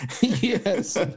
Yes